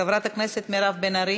חברת הכנסת מירב בן ארי,